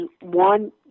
one